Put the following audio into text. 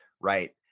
right